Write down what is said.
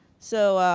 so,